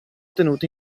tenuto